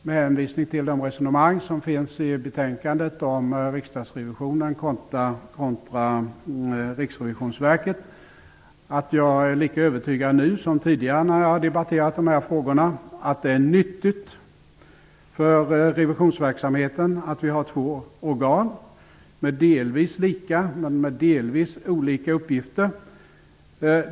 Med hänvisning till de resonemang som finns i betänkandet om riksdagsrevisionen kontra Riksrevisionsverket vill jag i det här sammanhanget gärna säga att jag är lika övertygad nu som jag har varit tidigare när jag har debatterat de här frågorna om att det är nyttigt för revisionsverksamheten att vi har två organ med delvis lika och delvis olika uppgifter.